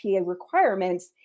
requirements